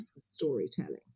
storytelling